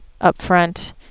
upfront